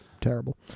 terrible